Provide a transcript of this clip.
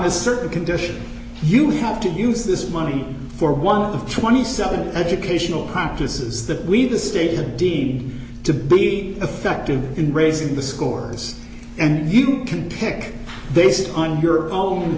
a certain condition you have to use this money for one of twenty seven educational practices that we the state had deemed to be effective in raising the scores and you can pick they sit on your